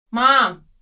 Mom